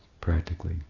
practically